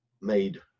made